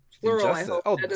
plural